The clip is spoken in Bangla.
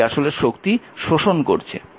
এটি আসলে শক্তি শোষণ করছে